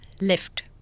left